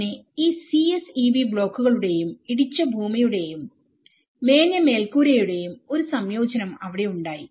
അങ്ങനെ ഈ CSEB ബ്ലോക്കുകളുടെയും ഇടിച്ച ഭൂമിയുടെയും മേഞ്ഞ മേൽക്കൂരയുടെയും ഒരു സംയോജനം അവിടെ ഉണ്ടായി